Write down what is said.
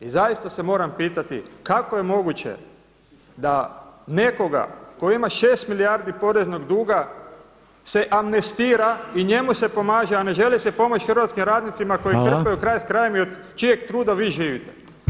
I zaista se moram pitati kako je moguće da nekoga tko ima 6 milijardi poreznog duga se amnestira i njemu se pomaže, a ne želi se pomoći hrvatskim radnicima koji trpe [[Upadica Reiner: Hvala.]] i krpaju kraj s krajem i od čijeg truda vi živite.